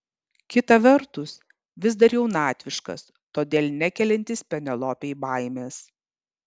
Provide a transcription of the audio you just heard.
kita vertus vis dar jaunatviškas todėl nekeliantis penelopei baimės